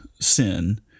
sin